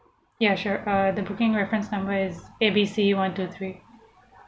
ya sure uh the booking reference number is A B C one two three